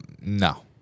no